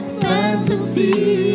fantasy